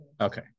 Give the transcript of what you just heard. Okay